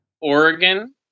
Oregon